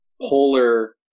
polar